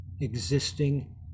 existing